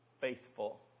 faithful